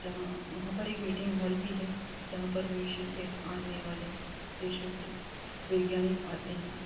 जहाँ वहाँ पर एक मीटिंग हॉल भी है जहाँ पर विश्व से आने वाले देशों से वैज्ञानिक आते हैं